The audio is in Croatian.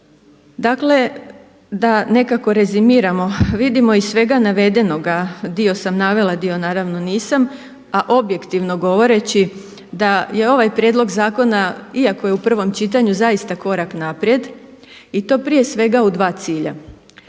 Dakle, da nekako rezimiramo vidimo iz svega navedenoga, dio sam navela, dio naravno nisam a objektivno govoreći da je ovaj prijedlog zakona iako je u prvom čitanju zaista korak naprijed i to prije svega u dva cilja.